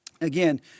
Again